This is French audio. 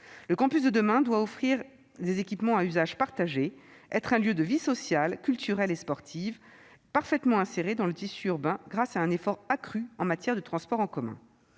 Le campus de demain doit offrir des équipements à usage partagé et être un lieu de vie sociale, culturelle et sportive, parfaitement inséré dans le tissu urbain grâce à un effort accru en matière de transports en commun.